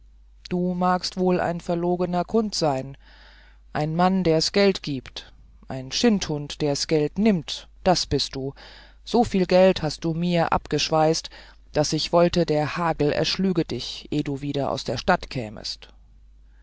du magst wohl ein verlogener kund sein ein mann ders geld gibt ein schindhund ders geld nimmt das bist du soviel gelds hast du mir abgeschweißt daß ich wollte der hagel erschlüge dich eh du wieder aus der stadt kämest